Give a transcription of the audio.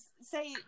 say